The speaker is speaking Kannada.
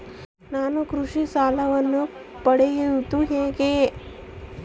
ನಾನು ಕೃಷಿ ಸಾಲವನ್ನು ಪಡೆಯೋದು ಹೇಗೆ?